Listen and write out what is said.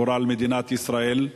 עם גורל מדינת ישראל.